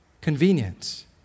convenience